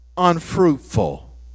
unfruitful